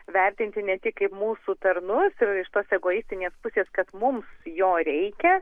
vertinti ne tik kaip mūsų tarnus ir iš tos egoistinės pusės kad mums jo reikia